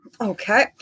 Okay